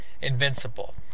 invincible